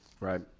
Right